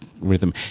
rhythm